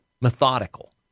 methodical